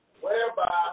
whereby